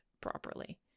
properly